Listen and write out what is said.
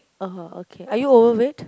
uh-huh okay are you overweight